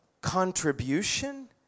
Contribution